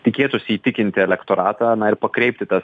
tikėtųsi įtikinti elektoratą na ir pakreipti tą